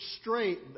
straight